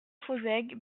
fonsègue